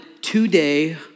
today